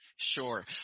sure